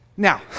Now